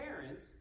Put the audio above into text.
parents